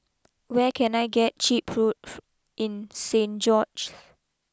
where can I get cheap food in Saint George's